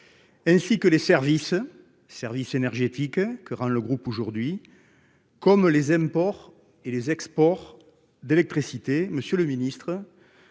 Ainsi que les services, services énergétiques que rend le groupe aujourd'hui. Comme les aime imports et les exports d'électricité. Monsieur le Ministre.